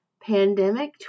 pandemic